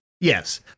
Yes